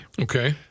Okay